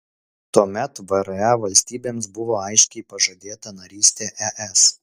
tuomet vre valstybėms buvo aiškiai pažadėta narystė es